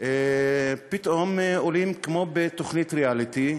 פתאום עולים כמו בתוכנית ריאליטי,